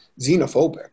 xenophobic